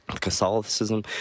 Catholicism